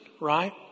right